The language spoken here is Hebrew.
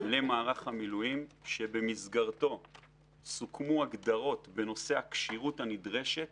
למערך המילואים שבמסגרתו סוכמו הגדרות בנושא הכשירות הנדרשת